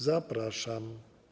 Zapraszam.